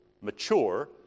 mature